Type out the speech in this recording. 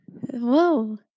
Whoa